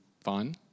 fun